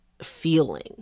feeling